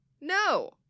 No